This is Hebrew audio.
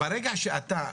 ברגע שאתה,